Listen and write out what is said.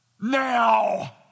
Now